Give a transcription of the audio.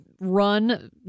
run